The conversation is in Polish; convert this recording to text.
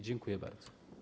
Dziękuję bardzo.